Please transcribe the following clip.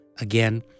Again